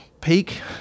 peak